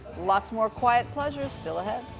lots more quiet pleasures still ahead.